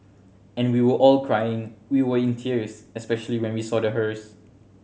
and we were all crying we were in tears especially when we saw the hearse